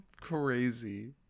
crazy